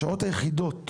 השעות היחידות